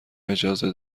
اجازه